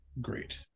great